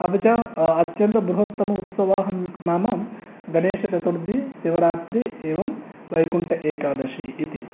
अपि च अत्यन्तबृहत्तम उत्सवाः नाम गणेशचतुर्थी शिवरात्रिः एवं वैकुण्ठ एकादशी इति